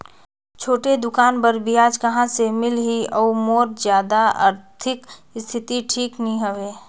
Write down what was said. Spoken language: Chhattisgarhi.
छोटे दुकान बर ब्याज कहा से मिल ही और मोर जादा आरथिक स्थिति ठीक नी हवे?